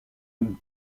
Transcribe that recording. une